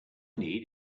need